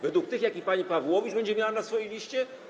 Według tych, które pani Pawłowicz będzie miała na swojej liście?